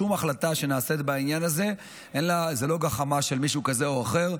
שום החלטה שנעשית בעניין הזה היא לא גחמה של מישהו כזה או אחר.